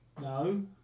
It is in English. No